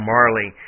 Marley